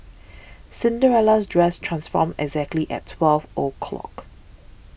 Cinderella's dress transformed exactly at twelve o'clock